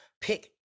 pick